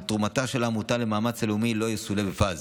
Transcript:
ותרומתה של העמותה למאמץ הלאומי לא תסולא בפז.